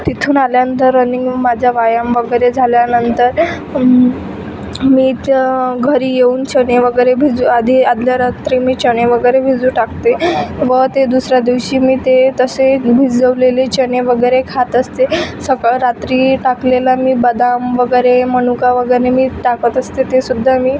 तिथून आल्यानंतर रनिंग माझा व्यायाम वगैरे झाल्यानंतर मीच घरी येऊन चणे वगेरे भिज आधी आदल्या रात्री मी चणे वगैरे भिजू टाकते व ते दुसऱ्या दिवशी मी ते तसे भिजवलेले चणे वगैरे खात असते सकाळी रात्री टाकलेला मी बदाम वगैरे मनुका वगैरे मी टाकत असते तेसुद्धा मी